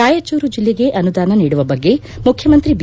ರಾಯಚೂರು ಜಿಲ್ಲೆಗೆ ಅನುದಾನ ನೀಡುವ ಬಗ್ಗೆ ಮುಖ್ಯಮಂತ್ರಿ ಬಿ